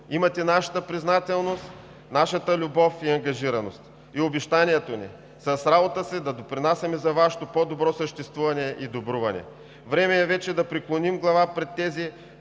имате нашата признателност, нашата любов и ангажираност и обещанието ни: с работата си да допринасяме за Вашето по-добро съществуване и добруване. Време е вече да преклоним глава пред тези,